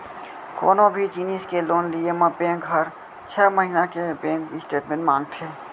कोनों भी जिनिस के लोन लिये म बेंक हर छै महिना के बेंक स्टेटमेंट मांगथे